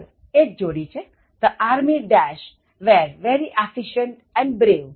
સોળ એ જ જોડી The army were very efficient and brave